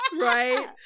right